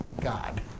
God